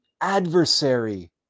adversary